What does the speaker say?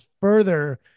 further